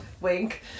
Wink